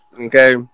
okay